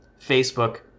Facebook